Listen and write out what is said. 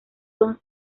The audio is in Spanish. son